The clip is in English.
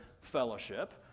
fellowship